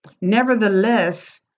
Nevertheless